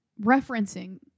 referencing